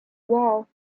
wall